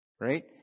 Right